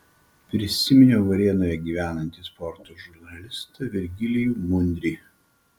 prisiminiau varėnoje gyvenantį sporto žurnalistą virgilijų mundrį